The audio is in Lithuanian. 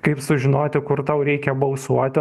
kaip sužinoti kur tau reikia balsuoti